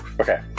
Okay